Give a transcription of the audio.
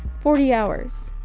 forty hours.